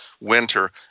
winter